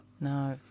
no